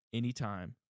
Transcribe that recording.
anytime